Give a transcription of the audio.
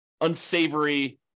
unsavory